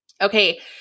Okay